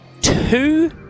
Two